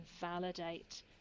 validate